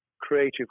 creative